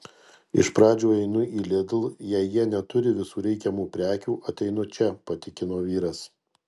iš pradžių einu į lidl jei jie neturi visų reikiamų prekių ateinu čia patikino vyras